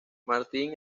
martin